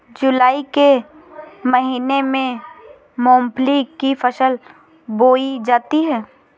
जूलाई के महीने में मूंगफली की फसल बोई जाती है